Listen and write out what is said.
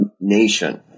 nation